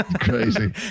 crazy